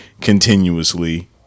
continuously